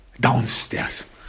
downstairs